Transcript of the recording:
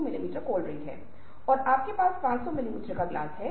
तो यह फिर दूसरे को समझाने के लिए बहुत महत्वपूर्ण भूमिका है